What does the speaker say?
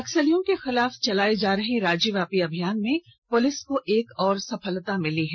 नक्सलियों के खिलाफ चलाये जा रहे राज्यव्यापी अभियान में पुलिस को एक और सफलता मिली है